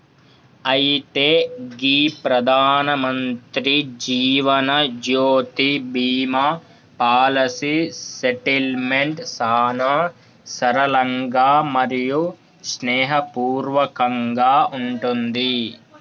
అయితే గీ ప్రధానమంత్రి జీవనజ్యోతి బీమా పాలసీ సెటిల్మెంట్ సానా సరళంగా మరియు స్నేహపూర్వకంగా ఉంటుంది